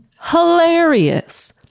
Hilarious